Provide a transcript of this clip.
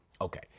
Okay